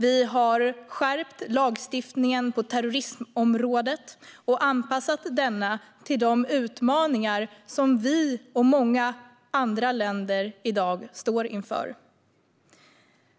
Vi har skärpt lagstiftningen på terrorismområdet och anpassat denna till de utmaningar som vi och många andra länder i dag står inför.